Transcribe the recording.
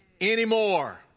anymore